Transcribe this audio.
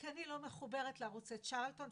כי אני לא מחוברת לערוצי צ'רלטון,